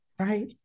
right